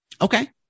okay